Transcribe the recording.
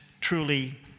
truly